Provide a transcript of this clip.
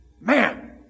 Man